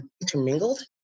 intermingled